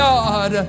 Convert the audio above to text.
God